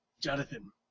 Jonathan